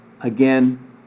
again